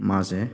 ꯃꯥꯁꯦ